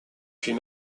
puis